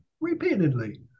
repeatedly